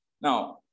Now